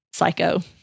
psycho